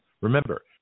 Remember